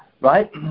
Right